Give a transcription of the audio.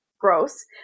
gross